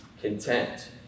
content